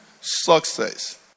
success